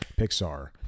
Pixar